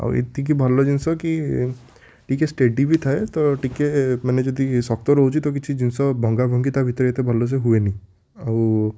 ଆଉ ଏତିକି ଭଲ ଜିନଷ କି ଟିକିଏ ଷ୍ଟେଡ଼ି ବି ଥାଏ ତ ଟିକିଏ ମାନେ ଯଦି ଶକ୍ତ ରହୁଛି ତ କିଛି ଜିନିଷ ଭଙ୍ଗାଭଙ୍ଗୀ ତା' ଭିତରେ ଏତେ ଭଲସେ ହୁଏନି ଆଉ